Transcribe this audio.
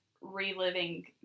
reliving